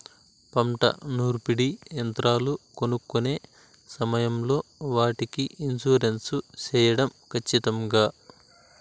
పంట నూర్పిడి యంత్రాలు కొనుక్కొనే సమయం లో వాటికి ఇన్సూరెన్సు సేయడం ఖచ్చితంగా?